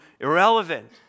irrelevant